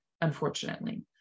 unfortunately